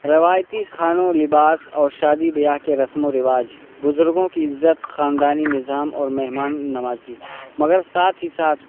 روایتی کھانوں لباس اور شادی بیاہ کے رسم و رواج بزرگوں کی عزت خاندانی نظام اور مہمان نوازی مگر ساتھ ہی ساتھ